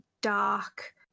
dark